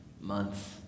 months